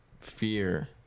fear